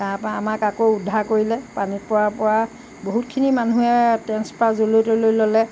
তাৰপৰা আমাক আকৌ উদ্ধাৰ কৰিলে পানীত পৰাৰ পৰা বহুতখিনি মানুহে ট্ৰেন্সফাৰ য'লৈ তলৈ ল'লে